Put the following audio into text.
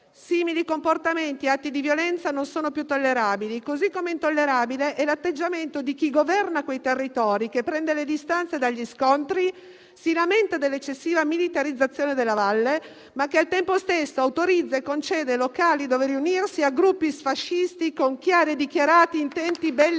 Simili comportamenti e atti di violenza non sono più tollerabili, così com'è intollerabile l'atteggiamento di chi governa quei territori, che prende le distanze dagli scontri, si lamenta dell'eccessiva militarizzazione della valle, ma al tempo stesso autorizza e concede locali dove riunirsi a gruppi sfascisti con chiari e dichiarati intenti